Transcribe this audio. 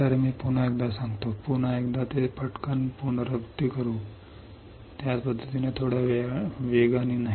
तर मी पुन्हा एकदा ते पुन्हा करू दे मला पुन्हा एकदा ते पटकन पुनरावृत्ती करू दे त्याच पद्धतीने थोड्या वेगाने नाही